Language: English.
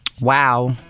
Wow